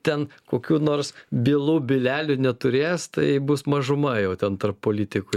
ten kokių nors bylų bylelių neturės tai bus mažuma jau ten tarp politikų